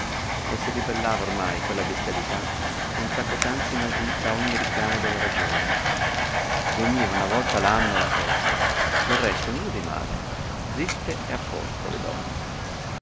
e si ribellava ormai quella bestialità con tracotanza inaudita a ogni richiamo della ragione veniva una volta l'anno la festa del resto nulla di male zitte e a posto le donne